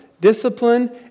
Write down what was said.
discipline